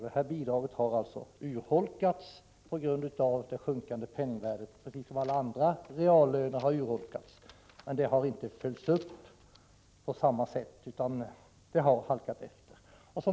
Det här bidraget har urholkats på grund av det sjunkande penningvärdet, precis som alla reallöner. I fråga om dagersättningen har det emellertid inte skett någon uppföljning, utan den har halkat efter.